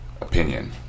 opinion